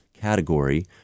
category